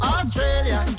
Australia